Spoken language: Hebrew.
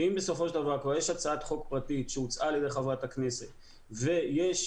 שאם כבר יש הצעת חוק פרטית שהוצעה על ידי חברי הכנסת ויש